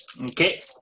Okay